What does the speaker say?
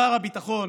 שר הביטחון,